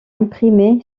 imprimé